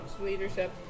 Leadership